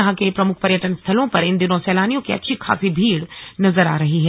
यहां के प्रमुख पर्यटन स्थलों पर इन दिनों सैलानियों की अच्छी खासी भीड़ नजर आ रही है